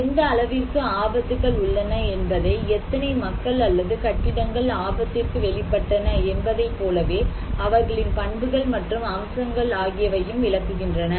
எந்த அளவிற்கு ஆபத்துக்கள் உள்ளன என்பதை எத்தனை மக்கள் அல்லது கட்டிடங்கள் ஆபத்திற்கு வெளிப்பட்டன என்பதை போலவே அவர்களின் பண்புகள் மற்றும் அம்சங்கள் ஆகியவையும் விளக்குகின்றன